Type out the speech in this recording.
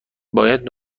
باید